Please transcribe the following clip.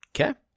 Okay